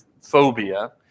phobia